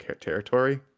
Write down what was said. territory